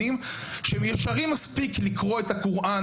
שהם ישרים מספיק בשביל לקרוא את הקוראן